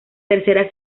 tercera